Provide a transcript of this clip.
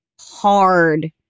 hard